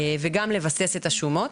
וגם לבסס את השומות.